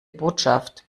botschaft